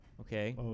Okay